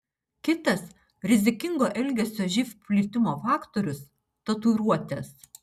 kitas rizikingo elgesio živ plitimo faktorius tatuiruotės